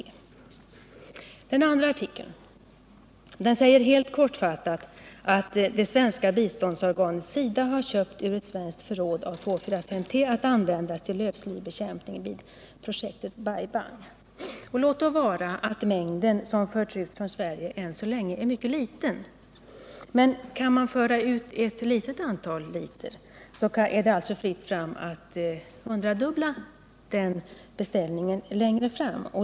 Den andra artikeln säger helt kortfattat att det svenska biståndsorganet SIDA har köpt ur ett svenskt förråd av 2,4,5-T att användas vid lövslybekämpning vid projektet Bai Bang. Mängden som förts ut från Sverige är än så länge mycket liten. Men kan man föra ut ett litet antal liter, så är det fritt fram att hundradubbla beställningen längre fram.